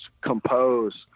compose